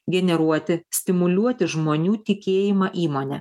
generuoti stimuliuoti žmonių tikėjimą įmone